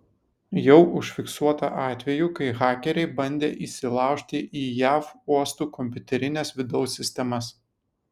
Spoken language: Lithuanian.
jau užfiksuota atvejų kai hakeriai bandė įsilaužti į jav uostų kompiuterines vidaus sistemas